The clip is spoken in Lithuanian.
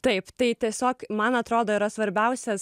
taip tai tiesiog man atrodo yra svarbiausias